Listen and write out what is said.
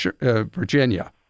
Virginia